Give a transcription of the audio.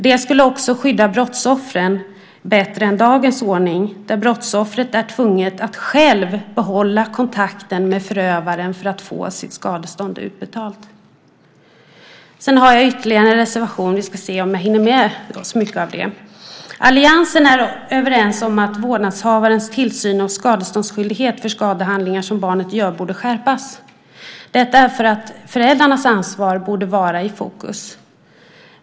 Det skulle också skydda brottsoffren bättre än dagens ordning, då brottsoffret är tvungen att själv behålla kontakten med förövaren för att få sitt skadestånd utbetalt. Vi har ytterligare en reservation. Vi ska se hur mycket jag hinner säga om den. Alliansen är överens om att vårdnadshavarens tillsyn och skadeståndsskyldighet för skadehandlingar som barnet gör borde skärpas, detta för att föräldrarnas ansvar borde vara i fokus.